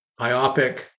Iopic